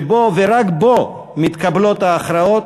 שבו ורק בו מתקבלות ההכרעות,